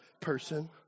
person